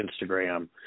instagram